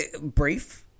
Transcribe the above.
brief